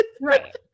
right